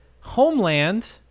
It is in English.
Homeland